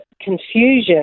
confusion